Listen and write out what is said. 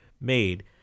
made